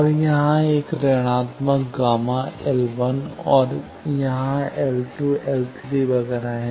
और यहां 1 ऋणात्मक Γ L और यहां L L वगैरह हैं